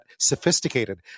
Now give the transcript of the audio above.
sophisticated